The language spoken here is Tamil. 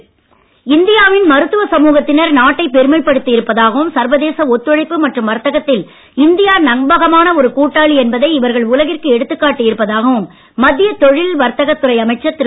கோயல் இந்தியாவின் மருத்துவ சமுகத்தினர் நாட்டை பெருமை படுத்தி இருப்பதாகவும் சர்வதேச ஒத்துழைப்பு மற்றும் வர்த்தகத்தில் இந்தியா நம்பகமான ஒரு கூட்டாளி என்பதை இவர்கள் உலகிற்கு எடுத்திக் காட்டி இருப்பதாகவும் மத்திய தொழில் வர்த்தக துறை அமைச்சர் திரு